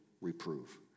reprove